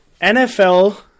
NFL